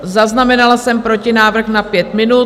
Zaznamenala jsem protinávrh na pět minut.